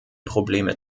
probleme